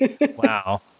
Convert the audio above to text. Wow